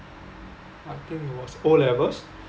I think it was O levels